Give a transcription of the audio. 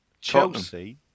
Chelsea